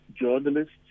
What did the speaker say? journalists